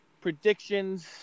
predictions